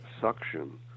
suction